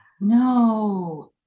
no